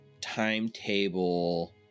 timetable